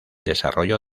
desarrollo